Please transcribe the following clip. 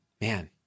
Man